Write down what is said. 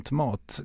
mat